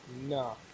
No